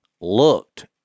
looked